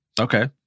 Okay